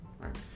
right